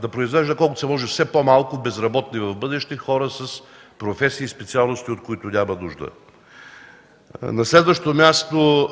да произвежда колкото се може по-малко безработни в бъдеще и хора с професии и специалности, от които няма нужда. На следващо място,